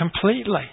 completely